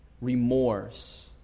Remorse